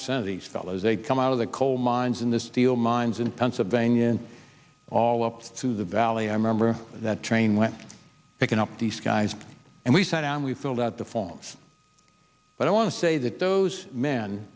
percent of these fellows they come out of the coal mines in the steel mines in pennsylvania and all up through the valley i remember that train when picking up these guys and we sat and we filled out the forms but i want to say that those men